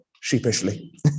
sheepishly